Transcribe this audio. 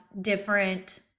different